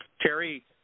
Terry